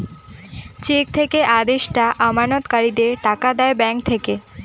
check থেকে আদেষ্টা আমানতকারীদের টাকা দেয় ব্যাঙ্ক থেকে